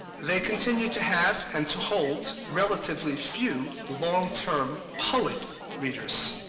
they continue to have and to hold relatively few long-term poet readers.